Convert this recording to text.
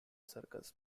circus